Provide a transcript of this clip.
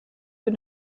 für